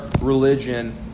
religion